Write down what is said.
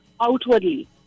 outwardly